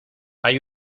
hay